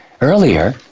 earlier